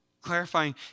Clarifying